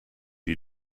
you